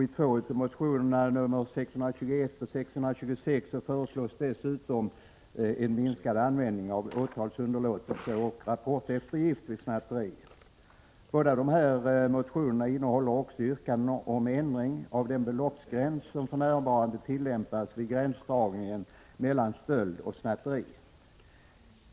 I två av motionerna — Ju621 och Ju626 — föreslås dessutom en minskad användning av åtalsunderlåtelse och rapporteftergift vid snatteri. Båda dessa motioner innehåller också yrkanden om ändring av den beloppsgräns som för närvarande tillämpas vid gränsdragning mellan stöld och snatteri.